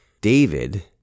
David